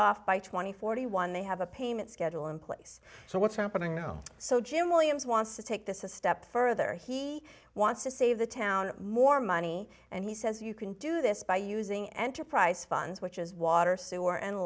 and forty one they have a payment schedule in place so what's happening now so jim williams wants to take this a step further he wants to save the town more money and he says you can do this by using enterprise funds which is water sewer and